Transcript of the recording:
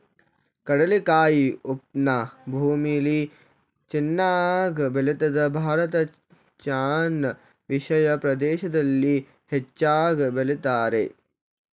ಕಡಲೆಕಾಯಿ ಉಷ್ಣ ಭೂಮಿಲಿ ಚೆನ್ನಾಗ್ ಬೆಳಿತದೆ ಭಾರತ ಚೈನಾ ಏಷಿಯಾ ಪ್ರದೇಶ್ದಲ್ಲಿ ಹೆಚ್ಚಾಗ್ ಬೆಳಿತಾರೆ